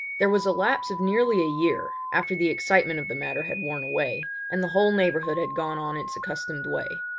there was a lapse of nearly a year, after the excitement of the matter had worn away, and the whole neighbourhood had gone on its accustomed way.